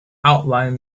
outline